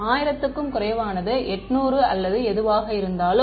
1000 க்கும் குறைவானது 800 அல்லது எதுவாக இருந்தாலும்